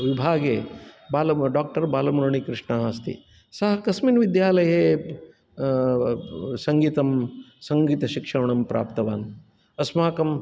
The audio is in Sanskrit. विभागे बालमु डाक्टर् बालमुरलीकृष्णः अस्ति सः कस्मिन् विद्यालये सङ्गीतं सङ्गीतशिक्षणं प्राप्तवान् अस्माकं